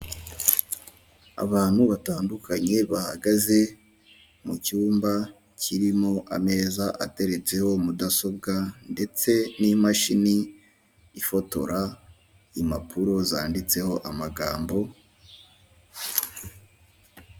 Abantu batandukanye, bahagaze mu cyumba kirimo ameza ateretseho mudasobwa ndetse n'imashini ifotora impapuro zanditseho amagambo.